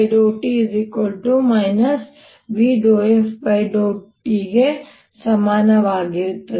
∂u∂t v∂f∂u ಗೆ ಸಮನಾಗಿರುತ್ತದೆ